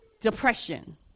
depression